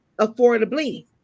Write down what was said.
affordably